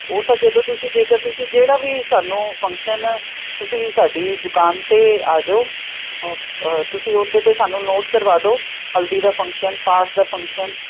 ਉਹ ਤਾਂ ਜਦੋਂ ਤੁਸੀਂ ਜੇਕਰ ਤੁਸੀਂ ਜਿਹੜਾ ਵੀ ਸਾਨੂੰ ਫੰਕਸ਼ਨ ਤੁਸੀਂ ਸਾਡੀ ਦੁਕਾਨ ਤੇ ਆ ਜਾਓ ਤੁਸੀਂ ਉਹਦੇ ਤੇ ਸਾਨੂੰ ਨੋਟ ਕਰਵਾ ਦਿਓ ਹਲਦੀ ਦਾ ਫੰਕਸ਼ਨ ਪਾਠ ਦਾ ਫੰਕਸ਼ਨ